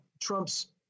Trump's